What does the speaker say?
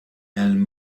and